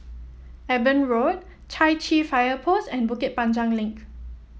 Eben Road Chai Chee Fire Post and Bukit Panjang Link